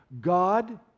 God